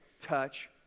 touch